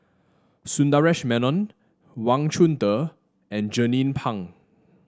Sundaresh Menon Wang Chunde and Jernnine Pang